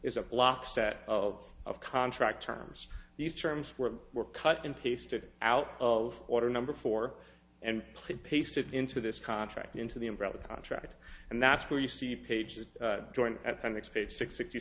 is a block that of of contract terms these terms were were cut and pasted out of order number four and pasted into this contract into the umbrella contract and that's where you see pages join at the next page six sixty